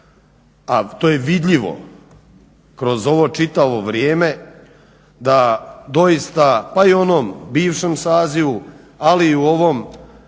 a to je vidljivo kroz ovo čitavo vrijeme da doista pa i u onom bivšem sazivu, ali i u ovom